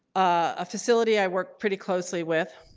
a facility i work pretty closely with,